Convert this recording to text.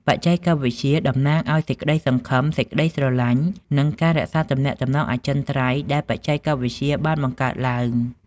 បច្ចេកវិទ្យាតំណាងឲ្យសេចក្ដីសង្ឃឹម សេចក្ដីស្រឡាញ់ និងការរក្សាទំនាក់ទំនងអចិន្រ្តៃយ៍ដែលបច្ចេកវិទ្យាបានបង្កើតឡើង។